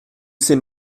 c’est